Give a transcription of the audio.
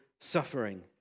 suffering